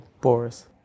Boris